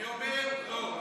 אני אומר לא.